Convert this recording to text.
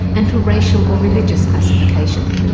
and for racial or religious classification.